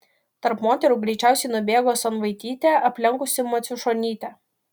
tarp moterų greičiausiai nubėgo sanvaitytė aplenkusi maciušonytę